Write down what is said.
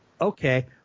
okay